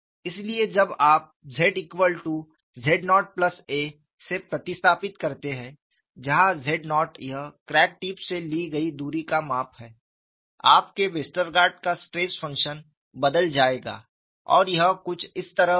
इसलिए जब आप z z0a से प्रतिस्थापित करते है जहां z0 यह क्रैक टिप से ली गयी दूरी का माप है आपके वेस्टरगार्ड का स्ट्रेस फंक्शन बदल जाएगा और यह कुछ इस तरह होगा